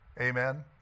amen